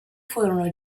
furono